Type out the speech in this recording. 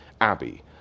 Abby